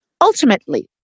Ultimately